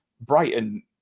Brighton